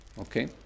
Okay